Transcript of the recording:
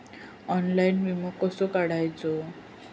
Online विमो कसो काढायचो?